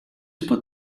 put